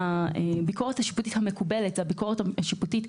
הביקורת השיפוטית המקובלת היום היא הביקורת השיפוטית,